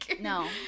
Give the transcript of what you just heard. no